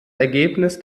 ergebnis